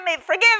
forgive